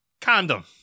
condom